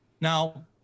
Now